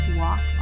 walk